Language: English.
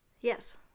Yes